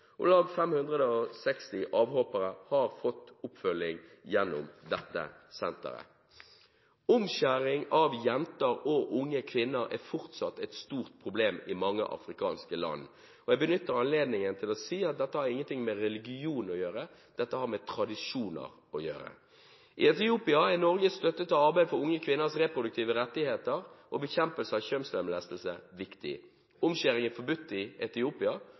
Om lag 560 avhoppere har fått oppfølging gjennom dette senteret. Omskjæring av jenter og unge kvinner er fortsatt et stort problem i mange afrikanske land. Jeg benytter anledningen til å si at dette har ingenting med religion å gjøre, dette har med tradisjoner å gjøre. I Etiopia er Norges støtte til arbeid for unge kvinners reproduktive rettigheter og bekjempelse av kjønnslemlestelse viktig. Omskjæring er forbudt i Etiopia